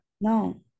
No